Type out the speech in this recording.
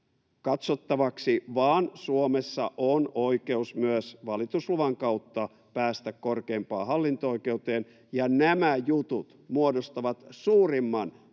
katsottavaksi — vaan Suomessa on oikeus myös valitusluvan kautta päästä korkeimpaan hallinto-oikeuteen. Nämä jutut muodostavat suurimman